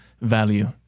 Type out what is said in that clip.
value